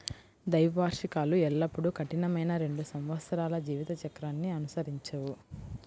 ద్వైవార్షికాలు ఎల్లప్పుడూ కఠినమైన రెండు సంవత్సరాల జీవిత చక్రాన్ని అనుసరించవు